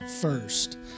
first